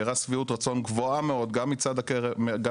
שהראה שביעות רצון גבוהה מאוד גם מצד הרופאים